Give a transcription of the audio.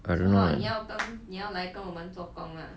I don't know leh